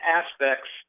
aspects